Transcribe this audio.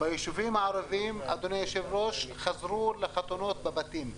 ביישובים הערביים חזרו לחתונות בבתים.